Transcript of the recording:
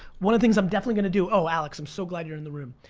one of things i'm definitely gonna do, oh alex, i'm so glad you're in the room.